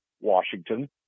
washington